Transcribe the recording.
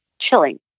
chilling